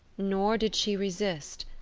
nor did she resist,